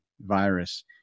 virus